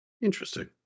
Interesting